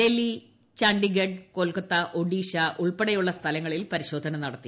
ഡൽഹി ചണ്ഡീഗഡ് കൊൽക്കത്ത ഒഡീഷ് ഉൾപ്പെടെയുള്ള സ്ഥലങ്ങ ളിൽ പരിശോധന നടത്തി